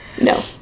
no